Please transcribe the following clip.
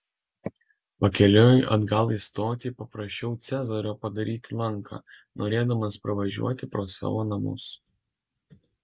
pakeliui atgal į stotį paprašiau cezario padaryti lanką norėdamas pravažiuoti pro savo namus